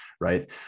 Right